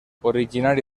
originari